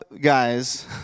guys